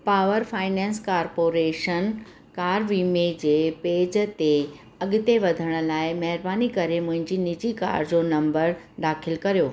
power finance corporation car वीमे जे page ते अॻिते वधण लाइ महिरबानी करे मुंहिंजी निजी कार जो नंबर दाख़िलु करियो